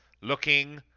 looking